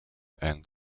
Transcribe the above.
and